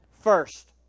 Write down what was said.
First